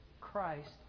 Christ